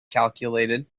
calculated